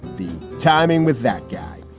the timing with that guy,